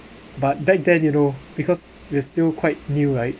but back then you know because we are still quite new right